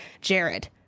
Jared